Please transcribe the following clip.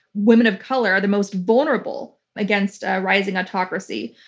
women of color are the most vulnerable against ah rising autocracy.